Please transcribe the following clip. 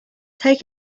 take